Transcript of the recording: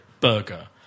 burger